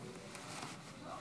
גמור.